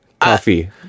Coffee